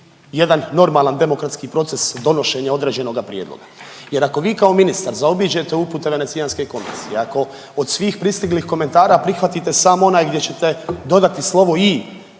jedan normalan demokratski proces donošenja određenoga prijedloga. Jer ako vi kao ministar zaobiđete upute Venecijanske komisije, ako od svih pristiglih komentara prihvatite samo onaj gdje ćete dodati slovo i